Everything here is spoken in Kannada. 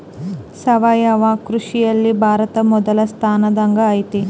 ಸಾವಯವ ಕೃಷಿಯಲ್ಲಿ ಭಾರತ ಮೊದಲ ಸ್ಥಾನದಾಗ್ ಐತಿ